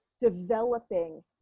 developing